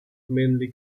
mainly